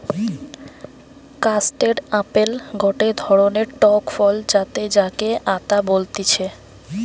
custard apple গটে ধরণের টক ফল যাতে যাকে আতা বলতিছে